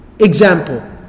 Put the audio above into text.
example